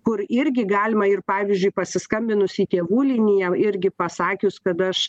kur irgi galima ir pavyzdžiui pasiskambinus į tėvų liniją irgi pasakius kad aš